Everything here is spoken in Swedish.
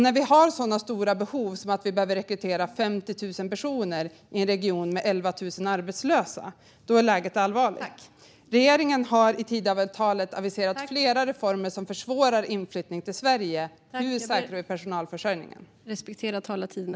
När vi har sådana stora behov som att vi behöver rekrytera 50 000 personer i en region med 11 000 arbetslösa är läget allvarligt. Regeringen har i Tidöavtalet aviserat flera reformer som försvårar inflyttning till Sverige. Hur säkrar vi personalförsörjningen?